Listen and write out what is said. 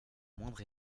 moindre